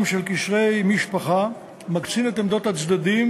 של קשרי משפחה ומקצין את עמדות הצדדים,